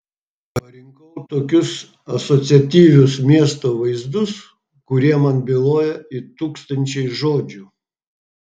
parinkau tokius asociatyvius miesto vaizdus kurie man byloja it tūkstančiai žodžių